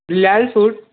Bilal food